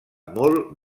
molt